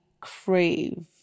crave